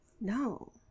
no